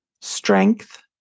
Strength